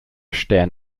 stern